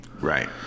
right